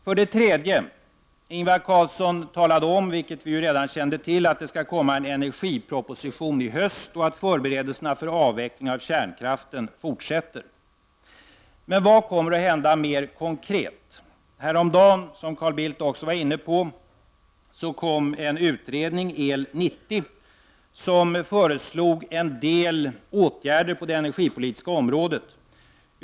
För det tredje: Ingvar Carlsson talade om, vilket vi redan kände till, att det skall komma en energiproposition i höst och att förberedelserna inför avvecklingen av kärnkraften fortsätter. Men vad kommer att hända mer konkret? Häromdagen, som även Carl Bildt nämnde, lades en utredning fram, El 90. I utredningen föreslås en del åtgärder på det energipolitiska området.